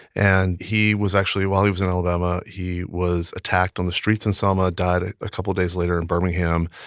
and he was actually while he was in alabama, he was attacked on the streets in selma, died a couple days later in birmingham.